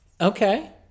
Okay